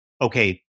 okay